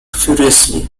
furiously